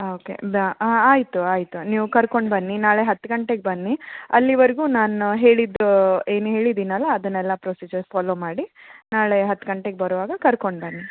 okay ಹಾಂ ಆಯಿತು ಆಯಿತು ನೀವು ಕರ್ಕೊಂಡ್ಬನ್ನಿ ನಾಳೆ ಹತ್ತು ಗಂಟೆಗೆ ಬನ್ನಿ ಅಲ್ಲಿವರೆಗೂ ನಾನು ಹೇಳಿದ್ದು ಏನು ಹೇಳಿದ್ದೀನಲ್ಲ ಅದನ್ನೆಲ್ಲ ಪ್ರೊಸೀಜರ್ ಫಾಲೋ ಮಾಡಿ ನಾಳೆ ಹತ್ತು ಗಂಟೆಗೆ ಬರೋವಾಗ ಕರ್ಕೊಂಡ್ಬನ್ನಿ